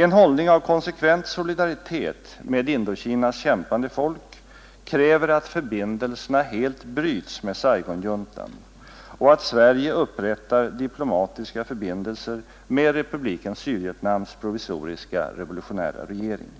En hållning av konsekvent solidaritet med Indokinas kämpande folk kräver att förbindelserna helt bryts med Saigonjuntan och att Sverige upprättar diplomatiska förbindelser med Republiken Sydvietnams provisoriska revolutionära regering.